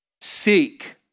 Seek